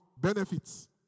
Benefits